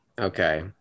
Okay